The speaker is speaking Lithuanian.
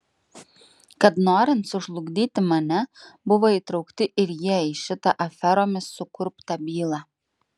kad norint sužlugdyti mane buvo įtraukti ir jie į šitą aferomis sukurptą bylą